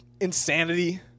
insanity